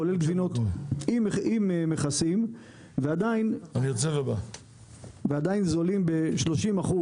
כולל עם מכסים ועדיין זולים ב-30%